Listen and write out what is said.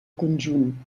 conjunt